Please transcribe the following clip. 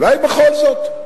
אולי בכל זאת.